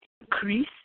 increase